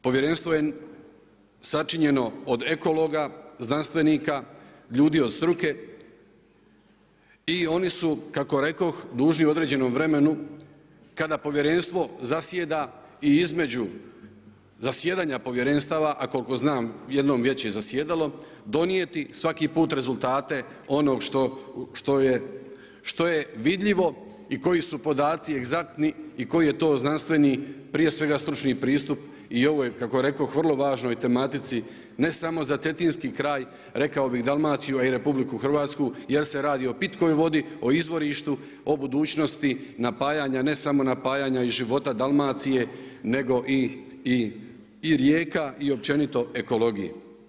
Povjerenstvo je sačinjeno od ekologa, znanstvenika, ljudi od struke i oni su kako rekoh, dužni u određenom vremenu kada povjerenstvo zasjeda i između zajedanja povjerenstva, a koliko znam jedno već je i zasjedalo, donijeti svaki put rezultate onog što je vidljivo i koji su podaci egzaktni i koji je to znanstveni prije svega stručni pristup i u ovoj kako rekoh, vrlo važnoj tematici ne samo za cetinski kraj, rekao bi i Dalmaciju a i Republiku Hrvatsku jer se radi o pitkoj vodi, o izvorištu, o budućnosti napajanja ne samo napajanja i života Dalmacije nego i rijeka i općenito ekologije.